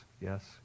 yes